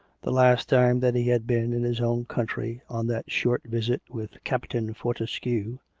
the last time that he had been in his own country on that short visit with captain fortescue,